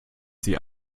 sie